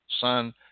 Son